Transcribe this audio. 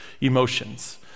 emotions